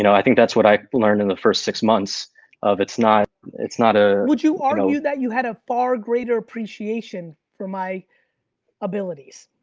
you know i think that's what i learned in the first six months of it's not it's not a would you ah you know argue that you had a far greater appreciation for my abilities?